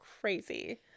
crazy